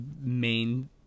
main